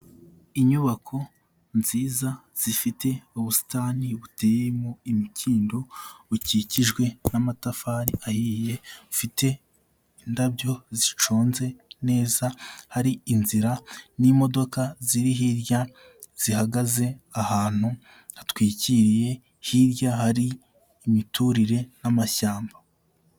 Inyubako nziza, zifite ubusitani buteyemo imikindo, bukikijwe n'amatafari ahiye, bufite indabyo ziconze neza, hari inzira n'imodoka ziri hirya zihagaze ahantu hatwikiriye, hirya hari imiturire n'amashyamba.